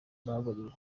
baburiwe